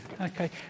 Okay